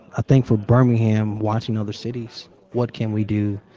think for birmingham, watching other cities what can we do?